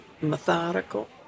methodical